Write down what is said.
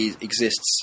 exists